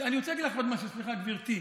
אני רוצה להגיד לך עוד משהו, סליחה, גברתי.